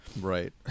Right